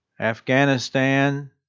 Afghanistan